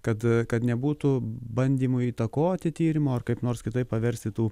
kad kad nebūtų bandymų įtakoti tyrimo ar kaip nors kitaip paversti tų